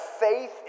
faith